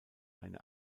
eine